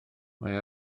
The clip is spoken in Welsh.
mae